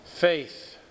Faith